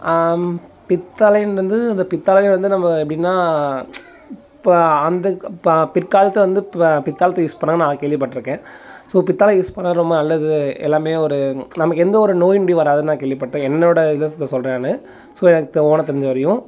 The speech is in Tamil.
பித்தளையும் வந்து அந்த பித்தளை வந்து நம்ப எப்படினா இப்போ அந்த இப்போ பிற்காலத்தில் வந்து ப பிற்காலத்துக்கு யூஸ் பண்ணாங்கன்னு நான் கேள்விப்பட்டுருக்கேன் ஸோ பித்தளை யூஸ் பண்ணால் ரொம்ப நல்லது எல்லாமே ஒரு நமக்கு எந்தவொரு நோய்நொடியும் வராதுன்னு நான் கேள்விப்பட்டேன் என்னோட இதை சொல்லுறேன் நான் ஸோ எனக்கு ஓனாக தெரிஞ்ச வரையும்